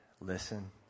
listen